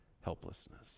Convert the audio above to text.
helplessness